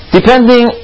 Depending